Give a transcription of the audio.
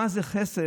מה זה חסר,